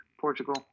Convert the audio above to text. Portugal